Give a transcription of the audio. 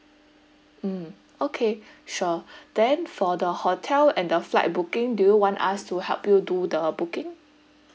mm okay sure then for the hotel and the flight booking do you want us to help you do the booking